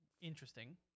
interesting